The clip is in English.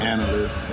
Analysts